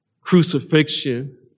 crucifixion